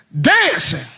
dancing